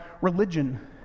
religion